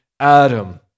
Adam